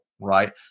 Right